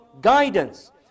Guidance